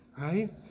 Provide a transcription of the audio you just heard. right